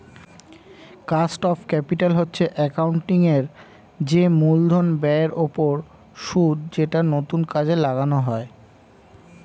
cost of capital হচ্ছে accounting এর যে মূলধন ব্যয়ের ওপর সুদ যেটা নতুন কাজে লাগানো হয়